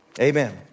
Amen